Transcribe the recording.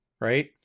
right